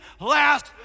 last